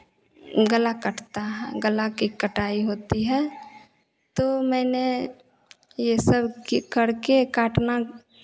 ये गला कटता है गला के कटाई होती है तो मैंने ये सब के करके काटना